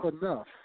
enough